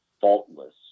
faultless